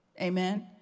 amen